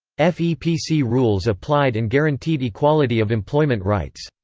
ah fepc rules applied and guaranteed equality of employment rights.